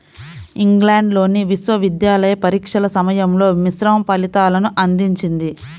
ఇంగ్లాండ్లోని విశ్వవిద్యాలయ పరీక్షల సమయంలో మిశ్రమ ఫలితాలను అందించింది